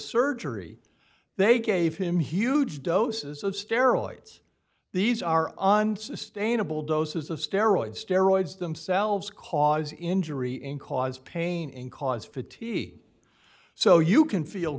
surgery they gave him huge doses of steroids these are unsustainable doses of steroids steroids themselves cause injury in cause pain and cause fatigue so you can feel